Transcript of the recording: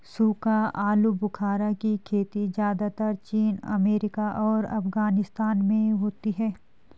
सूखा आलूबुखारा की खेती ज़्यादातर चीन अमेरिका और अफगानिस्तान में होती है